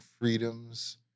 freedoms